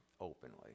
openly